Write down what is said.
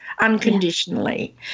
unconditionally